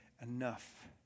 enough